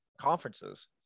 conferences